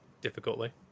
Difficultly